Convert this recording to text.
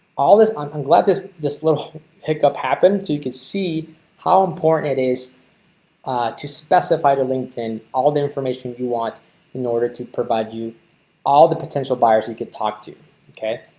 all this um i'm glad this this little pickup happened so you can see how important it is to specify to linkedin all the information you want in order to provide you all the potential buyers we can talk to okay.